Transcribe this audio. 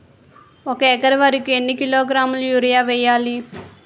ఒక ఎకర వరి కు ఎన్ని కిలోగ్రాముల యూరియా వెయ్యాలి?